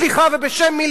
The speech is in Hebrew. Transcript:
סליחה, ובשם מי?